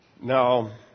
Now